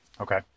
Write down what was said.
Okay